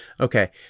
Okay